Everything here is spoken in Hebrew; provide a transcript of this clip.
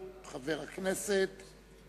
חברת הכנסת זוארץ.